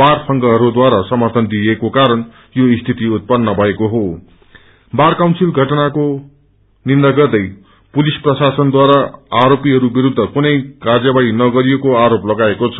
बाद संघहरूद्वारा समर्थन दिइएको कारण यो स्थिति उत्पन्न भएको हो बार बाउन्सिल घटनको निन्दा गर्दै पुलिस प्रशासनद्वार आरोपीहरू विरूद्ध कुनै कार्यवाही नगरिएको आरोप लागाएको छ